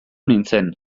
nintzen